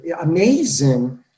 amazing